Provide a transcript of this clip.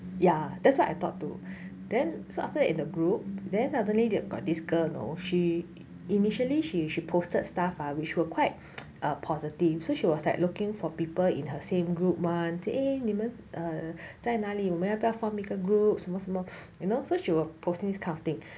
ya that's what I thought too then so after that in the group then suddenly there got this girl know she initially she she posted stuff ah which were quite err positive so she was like looking for people in her same group [one] say a 你们在哪里我们要不要 form 一个 group 什么什么 you know so she were posting this kind of thing